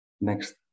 next